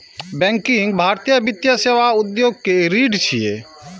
banking भारतीय वित्तीय सेवा उद्योग के रीढ़ छियै